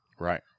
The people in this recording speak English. Right